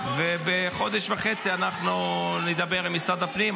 ובחודש וחצי אנחנו נדבר עם משרד הפנים.